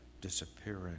disappearing